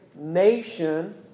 nation